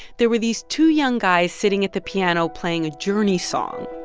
there were these two young guys sitting at the piano playing a journey song